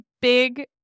big